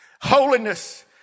holiness